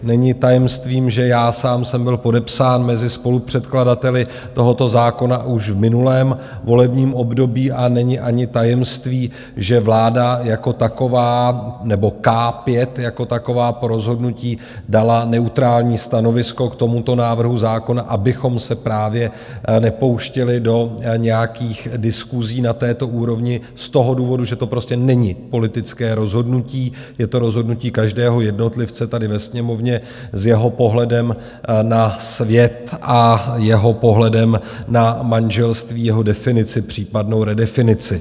Není tajemstvím, že sám jsem byl podepsán mezi spolupředkladateli tohoto zákona už v minulém volebním období, a není ani tajemstvím, že vláda jako taková nebo K5 jako taková po rozhodnutí dala neutrální stanovisko k tomuto návrhu zákona, abychom se právě nepouštěli do nějakých diskusí na této úrovni z toho důvodu, že to prostě není politické rozhodnutí, je to rozhodnutí každého jednotlivce tady ve Sněmovně s jeho pohledem na svět a jeho pohledem na manželství, jeho definici, případnou redefinici.